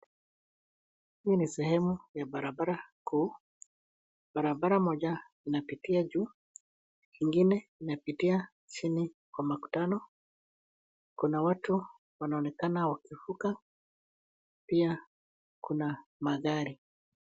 Hii ni sehemu ya barabara kuu, barabara moja inapitia juu ingine inapitia chini kwa makutano, kuna watu wanaonekana wakivuka pia kuna magari.